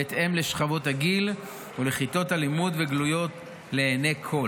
בהתאם לשכבות הגיל ולכיתות הלימוד וגלויות לעיני כול.